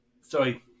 sorry